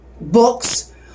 books